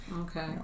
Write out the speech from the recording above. okay